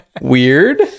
Weird